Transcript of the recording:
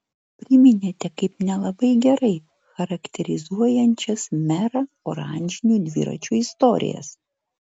priminėte kaip nelabai gerai charakterizuojančias merą oranžinių dviračių istorijas